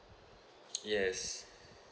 yes